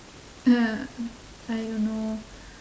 uh I don't know